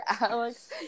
Alex